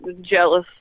jealous